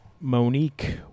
Monique